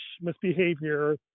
misbehavior